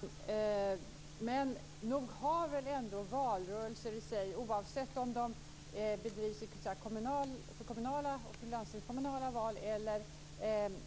Fru talman! Men nog har väl ändå valrörelser i sig, oavsett om de bedrivs för kommunala och landstingskommunala val